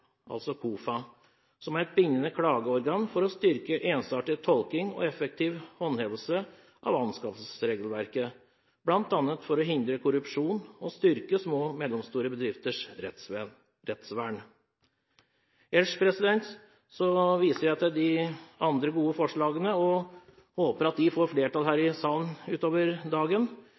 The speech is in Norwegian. KOFA, som et bindende klageorgan for å styrke ensartet tolkning og effektiv håndhevelse av anskaffelsesregelverket, bl.a. for å hindre korrupsjon og styrke små og mellomstore bedrifters rettsvern. Ellers viser jeg til de andre gode forslagene og håper at de får flertall her i salen